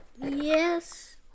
Yes